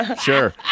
sure